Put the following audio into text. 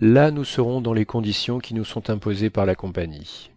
là nous serons dans les conditions qui nous sont imposées par la compagnie